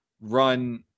run